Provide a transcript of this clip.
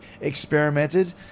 experimented